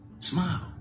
smile